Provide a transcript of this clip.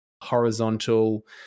horizontal